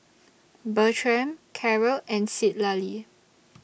Bertram Karyl and Citlali